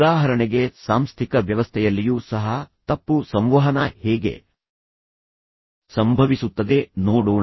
ಉದಾಹರಣೆಗೆ ಸಾಂಸ್ಥಿಕ ವ್ಯವಸ್ಥೆಯಲ್ಲಿಯೂ ಸಹ ತಪ್ಪು ಸಂವಹನ ಹೇಗೆ ಸಂಭವಿಸುತ್ತದೆ ನೋಡೋಣ